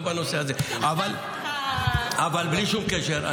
אבל בלי שום קשר,